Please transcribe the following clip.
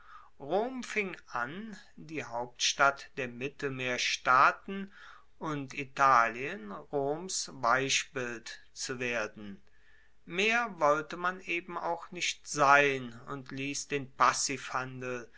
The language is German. rom fing an die hauptstadt der mittelmeerstaaten und italien roms weichbild zu werden mehr wollte man eben auch nicht sein und liess den